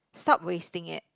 stop wasting it